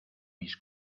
mis